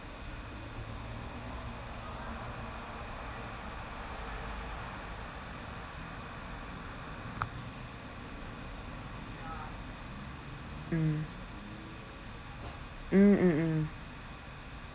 mm mm mm mm